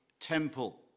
temple